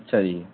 ਅੱਛਾ ਜੀ